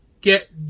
get